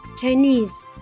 Chinese